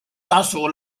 tasu